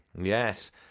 Yes